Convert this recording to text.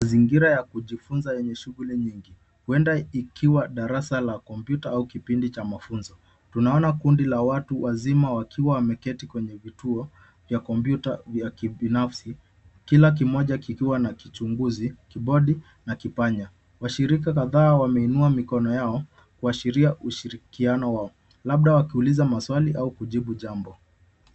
Mazingira ya kujifunza yenye shughuli nyingi. Huenda ikiwa darasa la kompyuta au kipindi cha mafunzo. Tunaona kundi la watu wazima wakiwa wameketi kwenye vituo vya kompyuta vya kibinafsi; kila mmoja kikiwa na kichunguzi, kibodi, na kipanya. Washirika kadhaa wameinua mikono yao kuwashiria ushirikiano wao; labda wakiuliza maswali au kujibu jambo